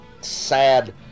sad